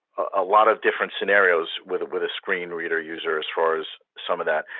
a lot of different scenarios with with a screen reader user as far as some of that.